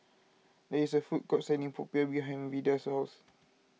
there is a food court selling Popiah behind Vida's house